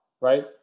right